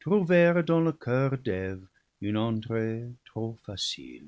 trouvèrent dans le coeur d'eve une entrée trop facile